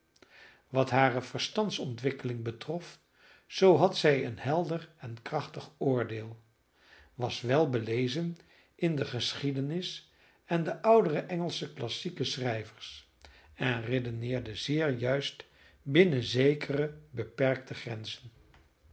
wat hare verstandsontwikkeling betrof zoo had zij een helder en krachtig oordeel was welbelezen in de geschiedenis en de oudere engelsche klassieke schrijvers en redeneerde zeer juist binnen zekere beperkte grenzen